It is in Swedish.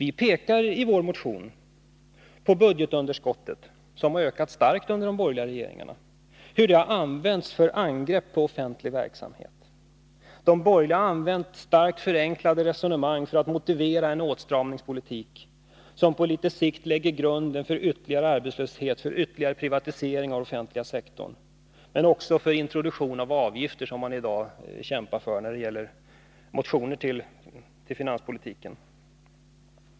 I vår motion pekar vi på hur budgetunderskottet, som ökade starkt under de borgerliga regeringarna, har använts för angrepp på offentlig verksamhet. De borgerliga har använt starkt förenklade resonemang för att motivera en åtstramningspolitik som på litet längre sikt lägger grunden för ytterligare arbetslöshet, för ytterligare privatisering av den offentliga sektorn men också för en introduktion av avgifter som man i dag kämpar för i motioner när det gäller finanspolitiken.